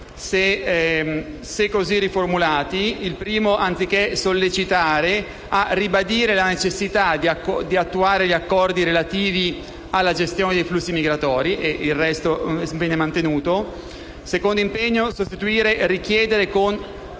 se così riformulati: nel primo, anziché «sollecitare», a «ribadire la necessità di attuare gli accordi relativi alla gestione dei flussi migratori» e il resto viene mantenuto; nel secondo impegno sostituire «richiedere» con